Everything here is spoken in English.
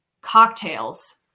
cocktails